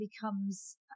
becomes